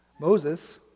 Moses